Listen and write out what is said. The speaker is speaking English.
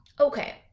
okay